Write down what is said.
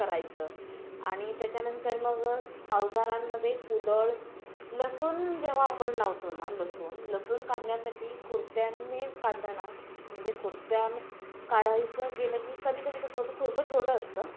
करायचं आणि त्याच्यानंतर मग अवजारांमध्ये कुदळ लसूण जेव्हा आपण लावतो ना लसूण लसूण काढण्यासाठी खुरप्यांनी काढलं ना की म्हणजे खुरप्यानं काढायचं गेलं की कधी कधी कसं होतं खुरपं छोटं असतं